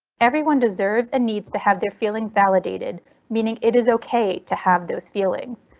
everyone deserves and needs to have their feelings validated meaning it is ok to have those feelings.